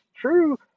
true